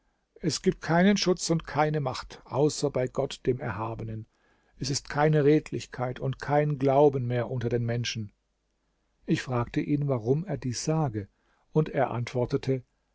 es gibt keinen schutz und keine macht außer bei gott dem erhabenen es ist keine redlichkeit und kein glauben mehr unter den menschen ich fragte ihn warum er dies sage und er antwortete